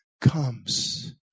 comes